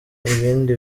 ibindi